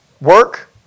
Work